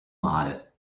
mal